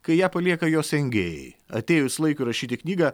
kai ją palieka jos engėjai atėjus laikui rašyti knygą